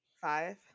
Five